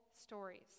stories